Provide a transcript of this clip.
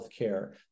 healthcare